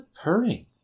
purring